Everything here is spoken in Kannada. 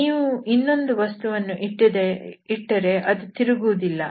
ನೀವು ಇನ್ನೊಂದು ವಸ್ತುವನ್ನು ಇಟ್ಟರೆ ಅದು ತಿರುಗುವುದಿಲ್ಲ